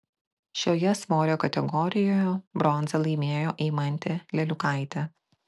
šioje svorio kategorijoje bronzą laimėjo eimantė leliukaitė